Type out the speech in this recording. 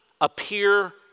appear